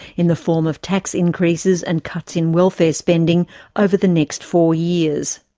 in the form of tax increases and cuts in welfare spending over the next four years.